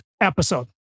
episode